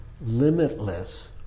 limitless